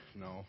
No